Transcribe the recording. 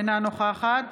אינה נוכחת